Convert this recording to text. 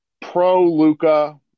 pro-Luca